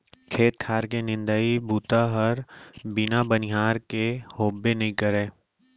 खेत खार के निंदई बूता हर बिना बनिहार के होबे नइ करय